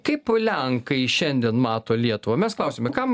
kaip lenkai šiandien mato lietuvą mes klausiame kam